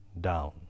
down